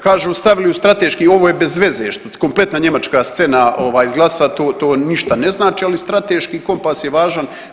Kažu stavili u strateški, ovo je bez veze što kompletna njemačka scena ovaj izglasa to, to ništa ne znači, ali strateški kompas je važan.